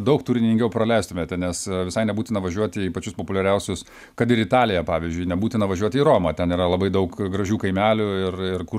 daug turiningiau praleistumėte nes visai nebūtina važiuoti į pačius populiariausius kad ir italiją pavyzdžiui nebūtina važiuoti į romą ten yra labai daug gražių kaimelių ir ir ir kur